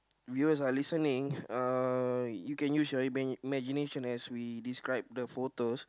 viewers are listening uh you can use your ima~ imaginations as we describe the photos